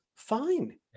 Fine